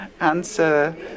answer